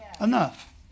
Enough